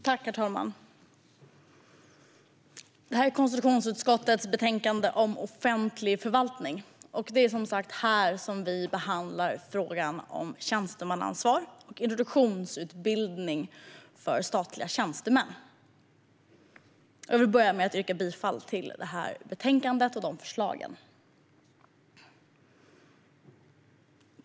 Herr talman! Vi debatterar konstitutionsutskottets betänkande om offentlig förvaltning. Det är som sagt här vi behandlar frågorna om tjänstemannaansvar och introduktionsutbildning för statliga tjänstemän. Jag yrkar bifall till förslaget i betänkandet.